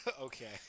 Okay